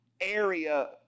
area